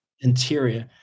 interior